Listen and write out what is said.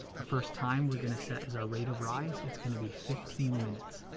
our first time we're gonna set is our rate of rise. it's gonna be fifteen minutes.